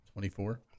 Twenty-four